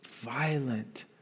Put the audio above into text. violent